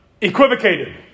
equivocated